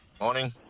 Morning